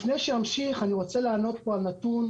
לפני שאמשיך אני רוצה לענות פה על נתון.